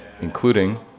including